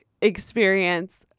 experience